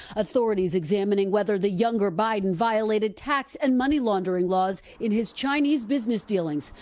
authorities examining whether the younger biden violated tax and money laundering laws in his chinese business dealings.